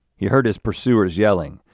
he heard his pursuers yelling,